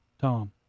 Tom